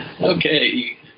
Okay